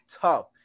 tough